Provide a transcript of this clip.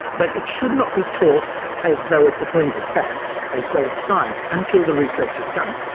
but it should not be taught as though it's a clinical fact, as though it's science, until the research is done.